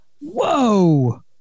Whoa